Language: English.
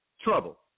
trouble